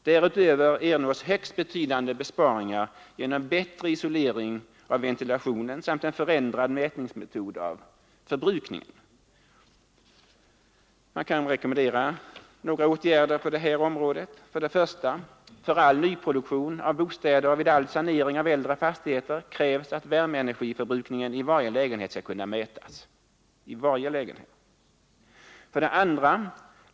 Därutöver ernås högst betydande besparingar genom bättre isolering av ventilationen samt en förändrad metod för mätning av förbrukningen. Man kan rekommendera några åtgärder på det här området: 1. För all nyproduktion av bostäder och vid all sanering av äldre fastigheter krävs att värmeenergiförbrukningen i varje lägenhet skall kunna mätas. 2.